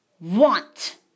want